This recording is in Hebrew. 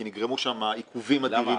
כי נגרמו שם עיכובים אדירים,